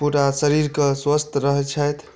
पूरा शरीरके स्वस्थ रहैत छथि